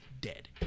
dead